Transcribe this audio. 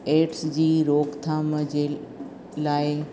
AIDS जी रोगथाम जे लाइ